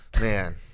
Man